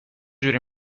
جوری